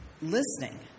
listening